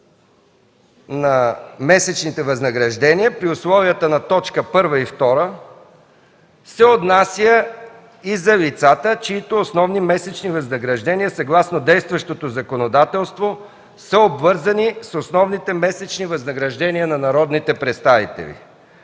на месечните възнаграждения при условията на точки 1 и 2 се отнася и за лицата, чиито основни месечни възнаграждения, съгласно действащото законодателство са обвързани с основните месечни възнаграждения на народните представители,